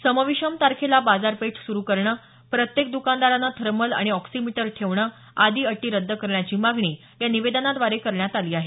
सम विषम तारखेला बाजारपेठ सुरु करणं प्रत्येक दुकानदारानं थर्मल आणि ऑक्सीमीटर ठेवणं आदी अटी रद्द करण्याची मागणी या निवेदनाद्वारे करण्यात आली आहे